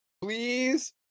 please